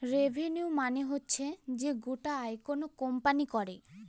revenue মানে হচ্ছে যে গোটা আয় কোনো কোম্পানি করে